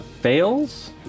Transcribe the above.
Fails